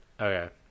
okay